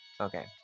Okay